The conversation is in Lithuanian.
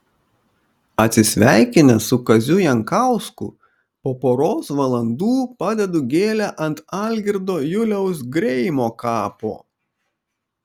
atsisveikinęs su kaziu jankausku po poros valandų padedu gėlę ant algirdo juliaus greimo kapo